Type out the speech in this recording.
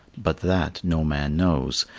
but that, no man knows.